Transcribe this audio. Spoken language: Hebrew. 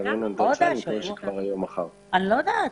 אדוני,